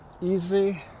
easy